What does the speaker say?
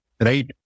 Right